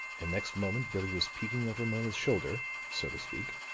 and next moment billie was peeking over mona's shoulder, so to speak,